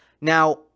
Now